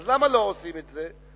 אז למה לא עושים את זה?